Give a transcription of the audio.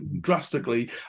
drastically